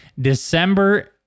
December